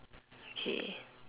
okay